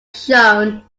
shone